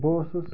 بہٕ اوسُس